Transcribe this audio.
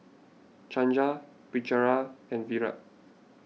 Chandra Pritiviraj and Virat